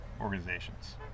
organizations